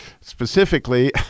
specifically